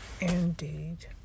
indeed